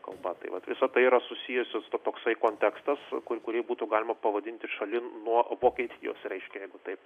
kalba tai vat visa tai yra susijusios toksai kontekstas ku kurį būtų galima pavadinti šalin nuo vokietijos reiškia jeigu taip